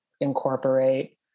incorporate